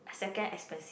second expensive